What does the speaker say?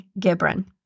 Gibran